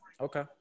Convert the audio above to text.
Okay